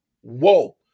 Whoa